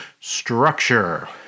structure